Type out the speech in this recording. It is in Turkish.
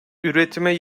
üretime